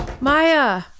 Maya